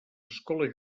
escoles